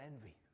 envy